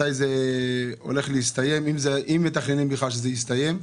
מתי זה הולך להסתיים, אם מתכננים בכלל שזה יסתיים?